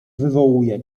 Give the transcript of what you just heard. wywołuje